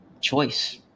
choice